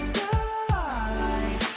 die